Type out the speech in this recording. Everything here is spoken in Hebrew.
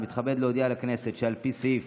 אני מתכבד להודיע לכנסת שעל פי סעיף